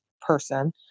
person